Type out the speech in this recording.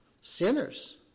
sinners